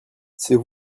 c’est